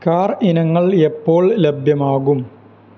car ഇനങ്ങൾ എപ്പോൾ ലഭ്യമാകും